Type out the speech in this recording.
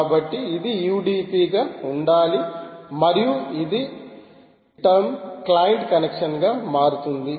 కాబట్టి ఇది UDP గా ఉండాలి మరియు ఇది టెర్న్లో క్లయింట్ కనెక్షన్గా మారుతుంది